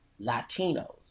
Latinos